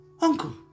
Uncle